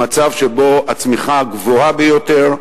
במצב שבו הצמיחה גבוהה ביותר,